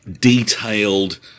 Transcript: detailed